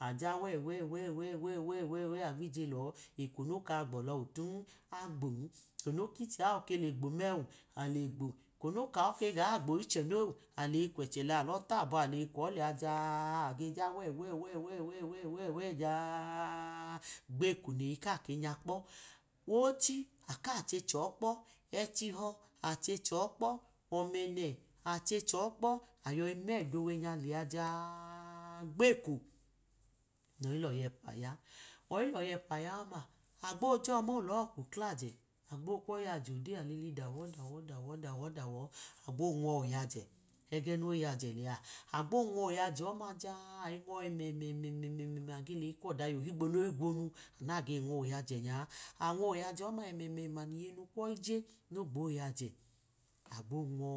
Aja wẹwewewe aguwije lọ, eko nokawọ gbiyọla ọtun, agbon, eko nokiche awọ le gbo men ale gbo eko no kawọ keg gbo iche non aleyi kwẹchẹ alọ labọ, aleyi kwụọ lẹa jaaaa abe ja wẹwẹwẹwẹ jaaaa, gbeko neyi ka ke nya kpo, ochi akeka che chọ kpọ, ẹchihọ achechọ kpọ, ọmẹnẹ ache cho kpọ, ayoyi mẹdọ owe nya lẹa jaaaa gbeko nụyi lọya ẹpa ya. Oyi lọya ẹpa yạ ọma, agbo jọma gbo lọkwu klaje, agbo kwoyaje ode alili dwọ dawọ dawọ, agbo noẉ ayajẹ, egẹ yaje lẹa agbo now oyaje ọma jaaa, ayi nwọ ẹmẹmẹma, age leyi tọdayiyọ higbo noge gwonu, anu nage nwọ oyaje ny a, anwọ oyaje ọma ẹmẹme̱mẹma gbeko niye nu kwoyi je no gbo yaje, gbo nwọ